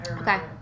Okay